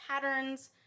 patterns